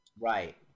Right